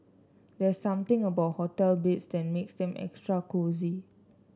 there's something about hotel beds that makes them extra cosy